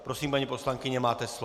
Prosím, paní poslankyně, máte slovo.